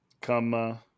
come